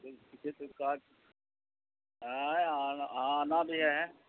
آنا بھی ہے